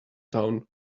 down